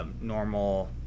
normal